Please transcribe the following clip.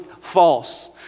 false